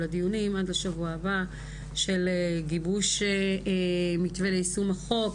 הדיונים עד לשבוע הבא של גיבוש מתווה ליישום החוק,